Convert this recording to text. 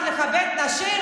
אם כבר לכבד נשים,